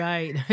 Right